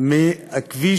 מכביש